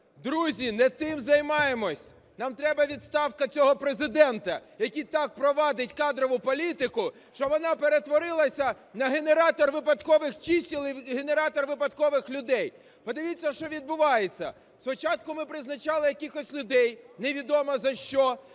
Друзі, не тим займаємося - нам треба відставка цього Президента, який так провадить кадрову політику, що вона перетворилася на генератор випадкових чисел і генератор випадкових людей. Подивіться, що відбувається. Спочатку ми призначали якихось людей невідомо за що,